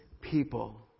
people